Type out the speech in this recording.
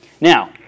Now